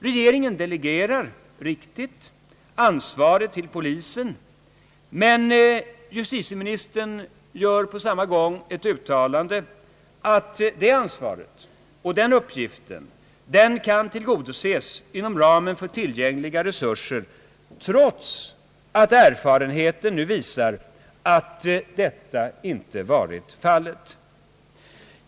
Regeringen delegerar helt riktigt ansvaret till polisen, men justitieministern gör på samma gång ett uttalande att det ansvaret och den uppgiften kan tillgodoses inom ramen för tillgängliga resurser, trots att erfarenheten nu visar att detta inte varit fallet.